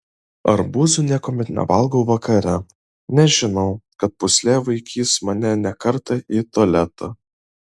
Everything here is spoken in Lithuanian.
arbūzų niekuomet nevalgau vakare nes žinau kad pūslė vaikys mane ne kartą į tualetą